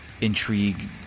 intrigue